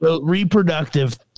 reproductive